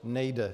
Nejde.